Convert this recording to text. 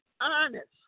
honest